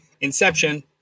Inception